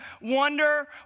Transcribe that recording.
wonder